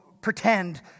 pretend